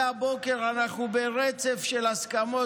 מהבוקר אנחנו ברצף של הסכמות,